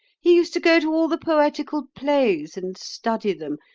he used to go to all the poetical plays and study them.